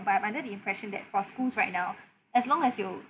but I'm under the impression that for schools right now as long as you